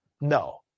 No